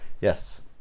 Yes